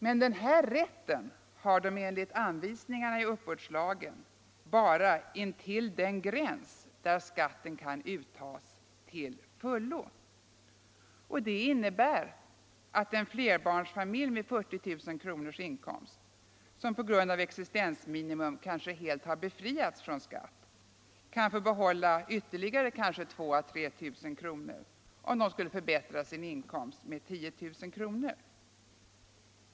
Men denna rätt har de enligt anvisningarna i uppbördslagen bara ”intill den gräns där skatten kan uttagas till fullo”. Detta innebär att en flerbarnsfamilj med en inkomst på 40 000 kronor som på grund av existensminimum kanske helt befriats från skatt kan få behålla ytterligare 2000 — 3 000 kronor om den skulle förbättra sin inkomst med 10000 kronor.